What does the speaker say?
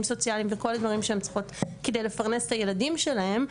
סוציאליים וכל הדברים שהן צריכות כדי לפרנס את הילדים שלהן,